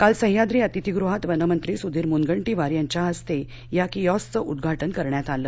काल सह्याद्री अतिथीगृहात वनमंत्री सुधीर मूनगंटीवार यांच्या हस्ते या किऑस्कचं उद्घाटन करण्यात आलं